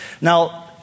Now